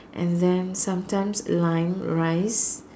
and then sometimes lime rice